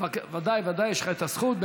בוודאי, יש לך הזכות.